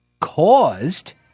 caused